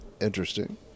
Interesting